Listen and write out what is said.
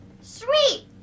Sweet